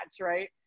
right